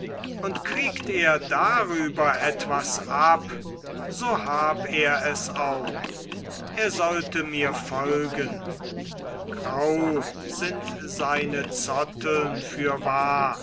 und kriegt er darüber etwas ab so hab er es auch er sollte mir folgen grau sind seine zotteln fürwahr